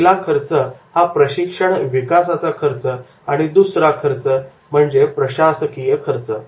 पहिला खर्च प्रशिक्षण विकासाचा खर्च आणि दुसरा प्रशासकीय खर्च